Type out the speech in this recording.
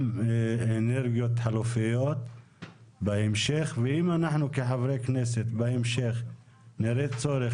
אנרגיות חלופיות בהמשך ואם אנחנו כחברי כנסת בהמשך נראה צורך